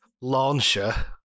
Launcher